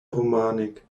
romanik